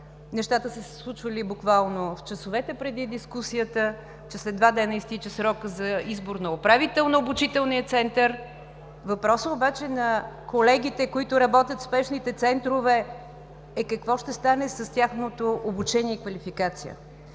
нещата са се случвали буквално в часовете преди дискусията, че след два дни изтича срокът за избор на управител на обучителния център. Въпросът обаче на колегите, които работят в спешните центрове, е: какво ще стане с тяхното обучение и квалификация?